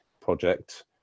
project